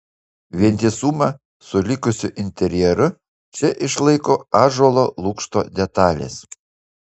vientisumą su likusiu interjeru čia išlaiko ąžuolo lukšto detalės